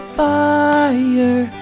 fire